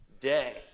day